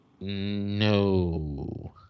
No